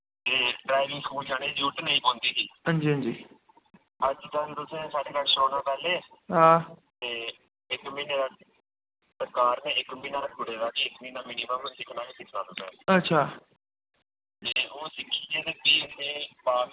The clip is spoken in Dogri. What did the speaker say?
हांजी हांजी हां अच्छा